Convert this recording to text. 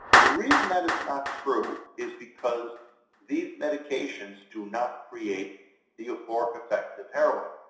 the reason that is not true is because these medications do not create the euphoric effect of heroin,